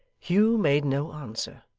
hugh made no answer,